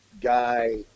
guy